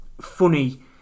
funny